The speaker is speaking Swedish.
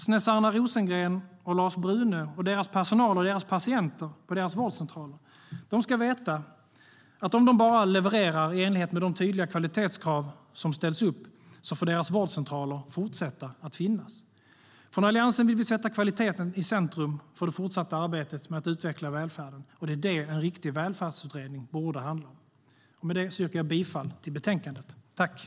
Snezana Rosengren och Lars Brune, och deras personal och patienter på deras vårdcentraler, ska dock veta följande: Om de bara levererar i enlighet med de tydliga kvalitetskrav som ställs upp får deras vårdcentraler fortsätta att finnas. Från Alliansens sida vill vi sätta kvaliteten i centrum för det fortsatta arbetet med att utveckla välfärden. Det är det en riktig välfärdsutredning borde handla om. Med det yrkar jag bifall till förslaget i betänkandet.